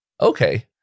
Okay